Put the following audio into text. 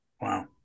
Wow